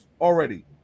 already